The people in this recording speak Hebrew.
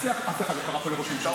רוצח אף אחד לא קרא פה לראש ממשלה.